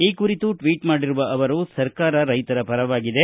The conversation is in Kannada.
ಈ ಕುರಿತು ಟ್ವೀಟ್ ಮಾಡಿರುವ ಅವರು ಸರ್ಕಾರ ರೈತರ ಪರವಾಗಿದೆ